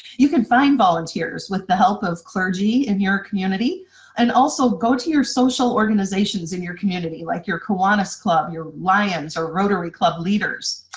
you can find volunteers with the help of clergy in your community and also go to your social organizations in your community, like your kiwanis club, your lyons, or rotary club leaders.